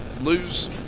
lose